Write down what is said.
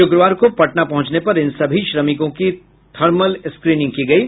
शुक्रवार को पटना पहुंचने पर इन सभी श्रमिकों की थर्मल स्क्रीनिंग की गयी